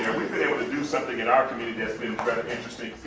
able to do something in our community that's been rather interesting,